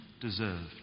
deserved